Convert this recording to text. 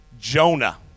Jonah